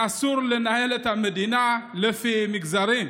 אסור לנהל את המדינה לפי מגזרים,